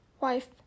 wife